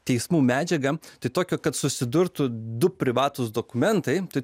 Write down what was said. teismų medžiagą tai tokio kad susidurtų du privatūs dokumentai tai